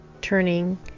Turning